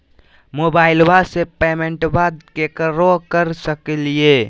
मोबाइलबा से पेमेंटबा केकरो कर सकलिए है?